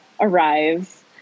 arrives